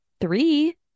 three